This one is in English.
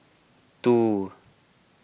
two